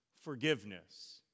forgiveness